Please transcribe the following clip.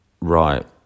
right